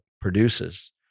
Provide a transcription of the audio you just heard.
produces